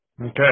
Okay